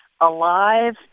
alive